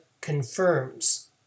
confirms